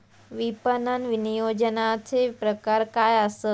विपणन नियोजनाचे प्रकार काय आसत?